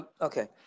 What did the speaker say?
Okay